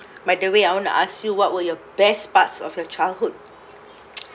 by the way I want to ask you what were your best parts of your childhood